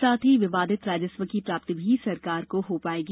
साथ ही विवादित राजस्व की प्राप्ति भी सरकार को हो पाएगी